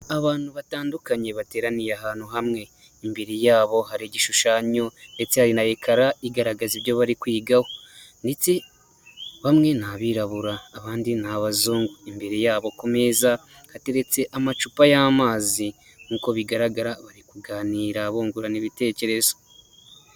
Abantu batandukanye bateraniye ahantu hamwe imbere yabo hari igishushanyo ndetse hari na ekara igaragaza ibyo bari kwigaho, ndetse bamwe ni abirabura abandi ni abazungu, imbere yabo ku meza hateretse amacupa y'amazi nk'uko bigaragara bari kuganira bungurana ibitekerezo.